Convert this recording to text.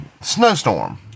snowstorm